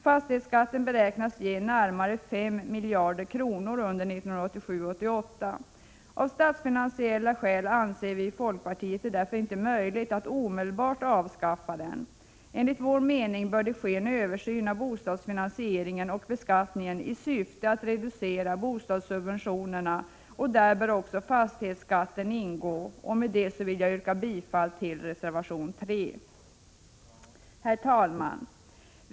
Fastighetsskatten beräknas ge närmare 5 miljarder kronor under 1987/88. Av statsfinansiella skäl anser vi i folkpartiet därför att det inte är möjligt att avskaffa den omedelbart. Enligt vår mening bör det ske en översyn av bostadsfinansieringen och beskattningen i syfte att reducera bostadssubventionerna, och där bör också fastighetsskatten ingå. Med det sagda vill jag yrka bifall till reservation 3. Herr talman!